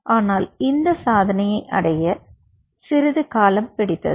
ஆனால் இந்த சாதனையை அடைய சிறிது காலம் பிடித்தது